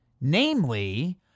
Namely